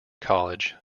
college